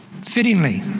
Fittingly